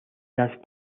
las